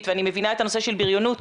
ואני מבינה את הנושא של בריונות.